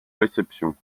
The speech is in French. réception